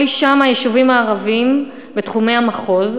כל אישה מהיישובים הערביים בתחומי המחוז,